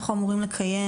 אנחנו אמורים לקיים